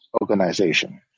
organization